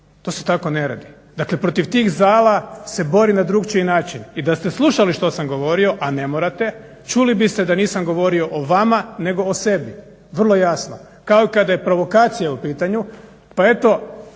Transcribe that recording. To se tako ne radi. Dakle protiv tih zala se borim na drukčiji način i da ste slušali što sam govorio, a ne morate, čuli biste da nisam govorio o vama nego o sebi. Vrlo jasno. Kao kada je provokacija u pitanju pa eto